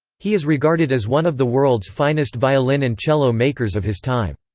he is regarded as one of the world's finest violin and cello makers of his time.